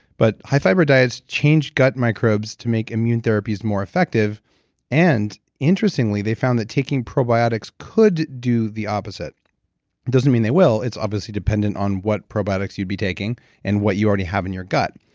but high fiber diets change gut microbes to make immune therapies more effective and, interestingly, they found that taking probiotics could do the opposite. it doesn't mean they will, it's obviously dependent on what probiotics you'd be taking and what you already have in your gut.